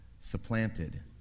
supplanted